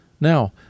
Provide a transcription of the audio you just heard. Now